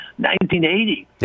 1980